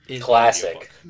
Classic